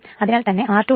അതിനാൽ തന്നെ r2x 2 0